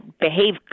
behave